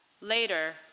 Later